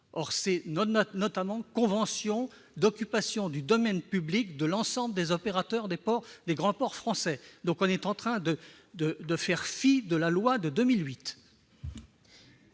notamment comme des conventions d'occupation du domaine de l'ensemble des opérateurs des grands ports français. On est donc en train de faire fi de la loi de 2008.